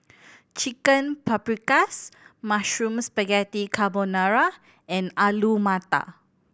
Chicken Paprikas Mushroom Spaghetti Carbonara and Alu Matar